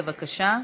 בבקשה.